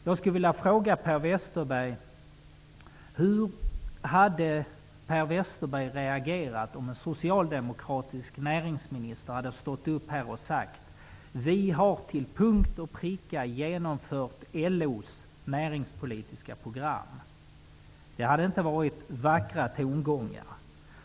Jag skulle vilja fråga Per Westerberg hur han hade reagerat om en socialdemokratisk näringsminister hade stått upp och sagt: Vi har till punkt och pricka genomfört LO:s näringspolitiska program. Det hade inte varit vackra tongångar.